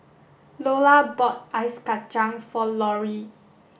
Lola bought ice kachang for Laurie